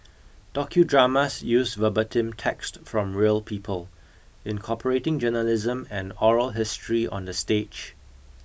docudramas use verbatim text from real people incorporating journalism and oral history on the stage